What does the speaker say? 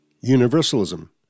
Universalism